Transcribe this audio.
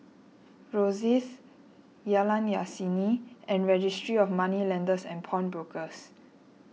Rosyth Jalan Yasin and Registry of Moneylenders and Pawnbrokers